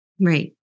Right